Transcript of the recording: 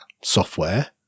software